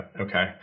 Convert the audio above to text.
Okay